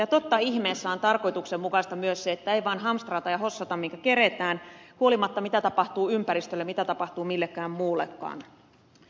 ja totta ihmeessä on tarkoituksenmukaista myös se että ei vain hamstrata ja hossata minkä keretään huolimatta siitä mitä tapahtuu ympäristölle mitä tapahtuu millekään muullekaan